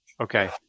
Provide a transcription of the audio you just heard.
Okay